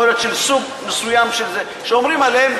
יכול להיות של סוג מסוים שאומרים עליהם